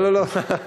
לא, לא, לא.